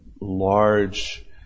large